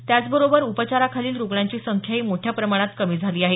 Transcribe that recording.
त्याबरोबरच उपचाराखालील रुग्णाची संख्याही मोठ्या प्रमाणात कमी झाली आहे